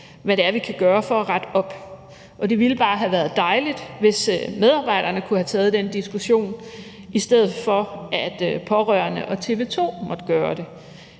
hvad det er, vi kan gøre, for at rette op. Og det ville bare have været dejligt, hvis medarbejderne kunne have taget den diskussion, i stedet for at pårørende og TV 2 måtte gøre det.